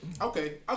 Okay